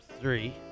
three